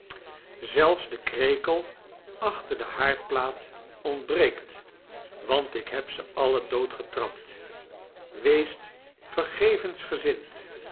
zelfs de krekel achteir de haardplaat ontbreekt want ik heb ze alle doodgetrapt weest